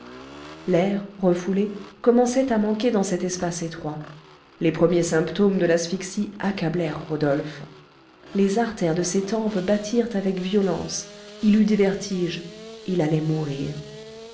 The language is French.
l'air refoulé commençait à manquer dans cet espace étroit les premiers symptômes de l'asphyxie accablèrent rodolphe les artères de ses tempes battirent avec violence il eut des vertiges il allait mourir